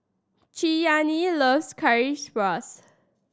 Cheyanne loves Currywurst